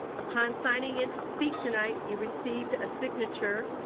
upon signing in to speak tonight, you received a signature.